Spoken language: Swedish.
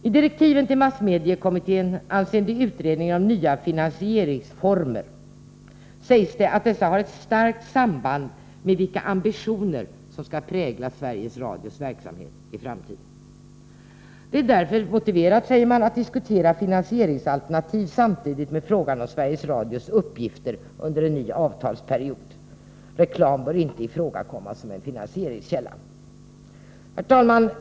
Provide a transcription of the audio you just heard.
I direktiven till massmediekommittén avseende utredning om nya finansieringsformer sägs det att dessa har ett starkt samband med vilka ambitioner som skall prägla Sveriges Radios verksamhet i framtiden. Det är därför motiverat, säger man, att diskutera finansieringsalternativ samtidigt med frågan om Sveriges Radios uppgifter under en ny avtalsperiod. Vidare sägs att reklam inte bör ifrågakomma som finansieringskälla. Herr talman!